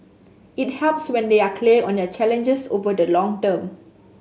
it helps when they are clear on their challenges over the long term